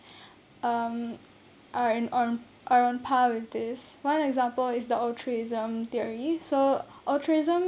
um are in on are on par with this one example is the altruism theory so altruism